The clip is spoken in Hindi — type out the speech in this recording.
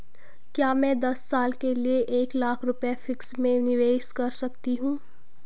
क्या मैं दस साल के लिए एक लाख रुपये फिक्स में निवेश कर सकती हूँ?